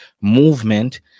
movement